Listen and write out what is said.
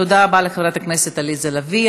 תודה לחברת הכנסת עליזה לביא.